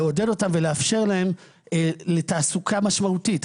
לעודד אותם ולאפשר להם תעסוקה משמעותית.